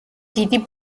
დიდი